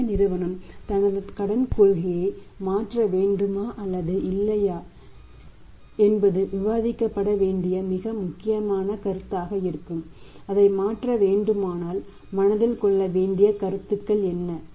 எனவே நிறுவனம் தனது கடன் கொள்கையை மாற்ற வேண்டுமா அல்லது இல்லையா என்பது விவாதிக்கப்பட வேண்டிய மிக முக்கியமான கருத்தாக இருக்கும் அதை மாற்ற வேண்டுமானால் மனதில் கொள்ள வேண்டிய கருத்துக்கள் என்ன